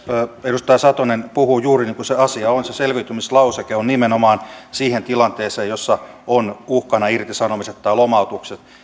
edustaja satonen puhuu juuri niin kuin se asia on se selviytymislauseke on nimenomaan siihen tilanteeseen jossa ovat uhkana irtisanomiset tai lomautukset